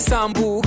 Sambu